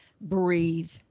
breathe